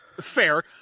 Fair